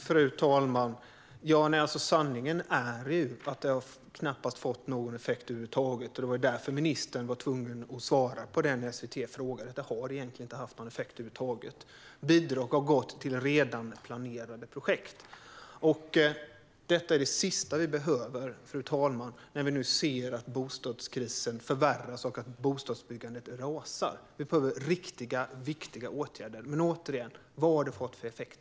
Fru talman! Sanningen är att det knappast har fått någon effekt över huvud taget. Det var därför ministern var tvungen att svara så på SVT:s fråga. Bidrag har gått till redan planerade projekt. Fru talman! Detta är det sista vi behöver när vi nu ser att bostadskrisen förvärras och att bostadsbyggandet rasar. Vi behöver riktiga, viktiga åtgärder. Återigen: Vad har det fått för effekt?